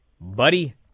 buddy